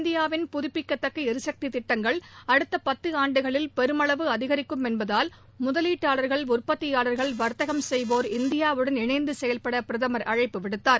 இந்தியாவின் புதுப்பிக்கத்தக்க ளரிசக்தி திட்டங்கள் அடுத்த பத்து ஆண்டுகளில் பெருமளவு அதிகிக்கும் என்பதால் முதலீட்டாளர்கள் உற்பத்தியாளர்கள் வர்த்தகம் செய்வோர் இந்தியாவுடன் இணைந்து செயல்பட பிரதமர் அழைப்புவிடுத்தார்